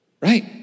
right